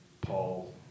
Paul